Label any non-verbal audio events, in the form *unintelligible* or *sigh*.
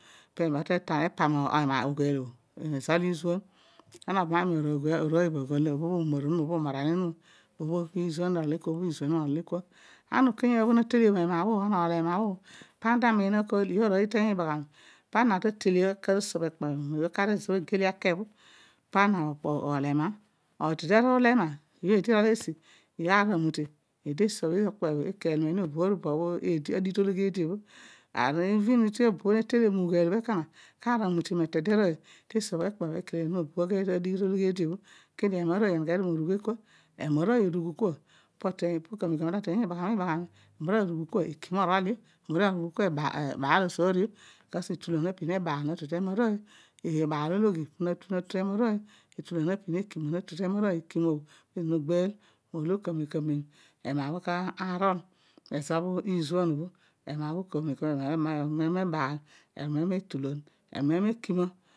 *hesitation* *unintelligible* epam arooy obho mezo akar izuan, ama obham io aghol apol obho umor ami or obho umora mi din obho ip izuan orol ebua obho po bhi izuanio morol ekua, ana okanya ooy obho na teliom ema obho ana oola ema obho, pana ta miin okol, anim arooy iteeny ibaghami pa ana ta telian akar osobh okpuom obho mozo obho ibha age le aake bho pana oola ema etade aruula ema, obho eedi orol esi ibha aar amute eedi te sobh okpebho ekel meni mo obo adigh to loghi eedi obho tobo bho neteliom ugheel obho ekona thar amute mi etede arooy tesobh okpe bho ekeli meni obo bho adigh tologhi eedibho ko dio ema arooy oneghe dio morugh ekua, ema arooy orugh kua, po ka mem kanem noteeny ibaghami blo orugh kua ekima orol io, orugh kua ebaal osoor io bkos etulan napin ebaal natu tema ema arooy, ebadologhi na tu tema arooy ekima na tu tema arooy ekima po bho nogbeel molo kamen kamen ema bho karol mezo bho izuan obho ema bho kamen izemen ologhi bho nabaal pe tulam amem ekima.